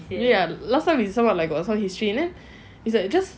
ya last time we somewhat got some history and then it's like just